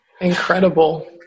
incredible